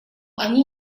они